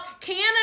Canada